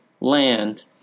land